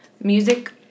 music